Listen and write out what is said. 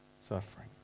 suffering